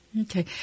Okay